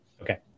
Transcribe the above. Okay